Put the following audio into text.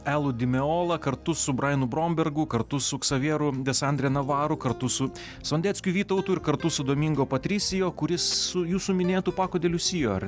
elu dimeola kartu su brajanu brombergu kartu su ksavieru desandre navaru kartu su sondeckiu vytautu ir kartu su domingo patrisijo kuris su jūsų minėtu paku deliusijo ar